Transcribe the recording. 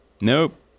Nope